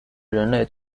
人类